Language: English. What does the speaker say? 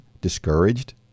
discouraged